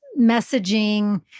messaging